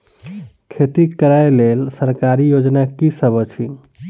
खेती करै लेल सरकारी योजना की सब अछि?